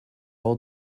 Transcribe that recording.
all